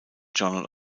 journal